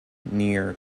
near